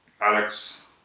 Alex